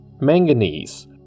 manganese